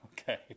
Okay